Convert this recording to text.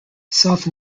south